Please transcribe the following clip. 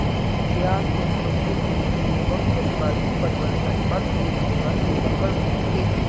क्या तुम मुझे कृषि एवं जलवायु परिवर्तन पर एक निबंध लिखकर दोगे?